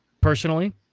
personally